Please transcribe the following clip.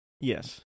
yes